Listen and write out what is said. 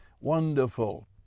Wonderful